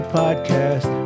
podcast